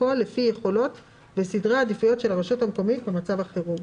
הכול לפי יכולות וסדרי העדיפות של הרשות המקומית במצב החירום.